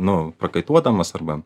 nu prakaituodamas arba